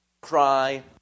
cry